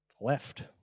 left